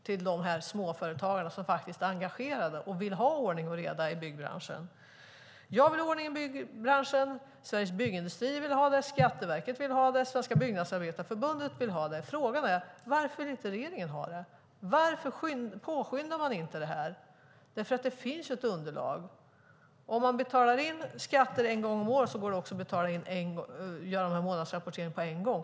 Det säger till småföretagarna som är engagerade och vill ha ordning och reda i byggbranschen. Jag vill ha ordning och reda i byggbranschen. Sveriges Byggindustrier vill ha det, Skatteverket vill ha det, Svenska Byggnadsarbetareförbundet vill ha det. Frågan är: Varför vill inte regeringen ha det? Varför påskyndar man inte det här? Det finns ett underlag. Om man betalar in skatter en gång om året går det också att göra månadsrapporteringen på en gång.